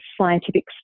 Scientific